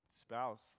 Spouse